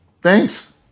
Thanks